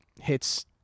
hits